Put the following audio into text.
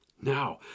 Now